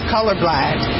Colorblind